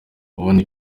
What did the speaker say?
ubundi